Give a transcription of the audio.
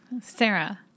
Sarah